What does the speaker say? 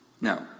No